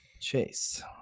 Chase